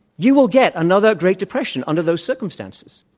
you will get another great depression under those circumstances.